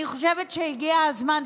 אני חושבת שהגיע הזמן,